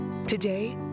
Today